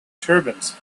turbans